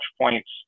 points